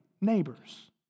neighbors